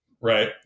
right